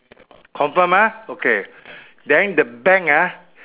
confirm ah okay then the bank ah